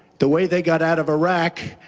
the way they got out of iraq,